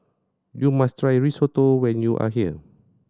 you must try Risotto when you are here